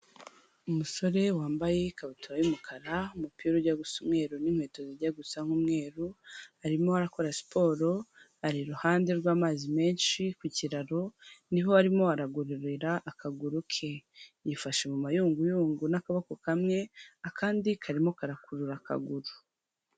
Umusore wambaye ikabutura y'umukara umupira ujya gu gusa umweru n'inkweto zijya gusa'mweru, arimo akora siporo ari iruhande rw'amazi menshi ku kiraro niho arimo aragororera akaguru ke, yifashe mu mayunguyungu n'akaboko kamwe akandi karimo karakurura akaguru.